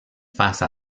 face